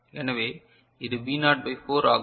எனவே இது v naught by 4 ஆகும்